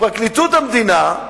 פרקליטות המדינה,